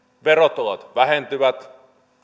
verotulot vähentyvät